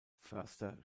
förster